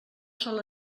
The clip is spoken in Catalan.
sol